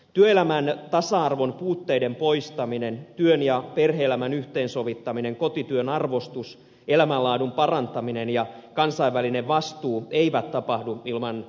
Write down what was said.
työelämän tasa arvon puutteiden poistaminen työn ja perhe elämän yhteensovittaminen kotityön arvostus elämänlaadun parantaminen ja kansainvälinen vastuu eivät tapahdu ilman aktiivista työtä